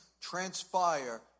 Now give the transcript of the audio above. transpire